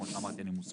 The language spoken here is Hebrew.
כמו שאמרתי אני תמיד